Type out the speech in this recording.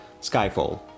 Skyfall